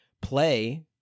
play